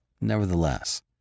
Nevertheless